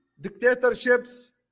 dictatorships